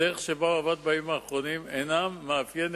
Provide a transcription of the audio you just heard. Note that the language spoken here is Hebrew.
הדרך שבה הוא עבד בימים האחרונים אינה מאפיינת